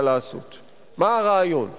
מהלך